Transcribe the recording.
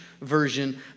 version